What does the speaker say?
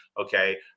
Okay